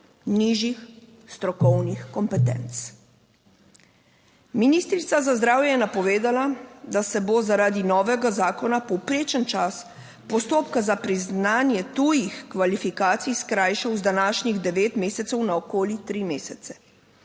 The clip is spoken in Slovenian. nižjih strokovnih kompetenc? Ministrica za zdravje je napovedala, da se bo zaradi novega zakona povprečen čas postopka za priznanje tujih kvalifikacij skrajšal z današnjih devet mesecev na okoli tri mesece.